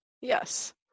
Yes